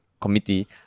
committee